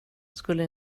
skulle